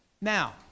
Now